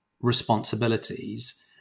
responsibilities